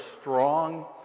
strong